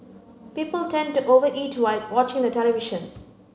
people tend to over eat while watching the television